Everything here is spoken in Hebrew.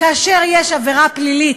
כאשר יש עבירה פלילית,